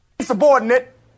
Subordinate